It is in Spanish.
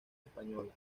española